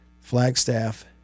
Flagstaff